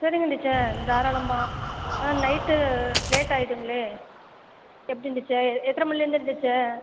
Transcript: சரிங்க டீச்சர் தாராளமாக நைட்டு லேட்டாக ஆகிடுங்களே எப்படிங்க டீச்சர் எத்தனை மணிலேருந்து டீச்சர்